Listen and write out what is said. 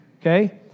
Okay